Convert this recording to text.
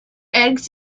eggs